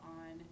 on